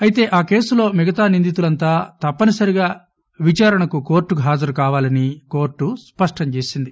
అయితేఆకేసులో మిగతానిందితులంతాతప్పనిసరిగావిచారణకుకోర్టుకుహాజరుకావాలనికోర్టు స్పష్టంచేసింది